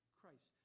Christ